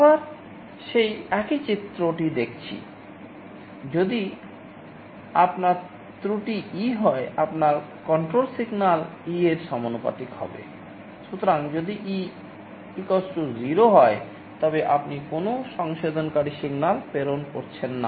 আবার সেই একই চিত্রটি দেখছি যদি আপনার ত্রুটি প্রেরণ করছেন না